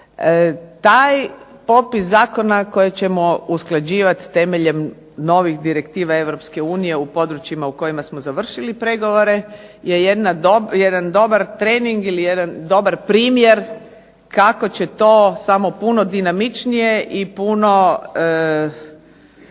taj popis zakona koji ćemo usklađivati temeljem novih direktiva Europske unije u područjima u kojima smo završili pregovore je jedan dobar trening ili jedan dobar primjer kako će to samo puno dinamičnije i puno